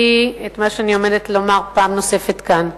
את מה שאני עומדת לומר פעם נוספת כאן.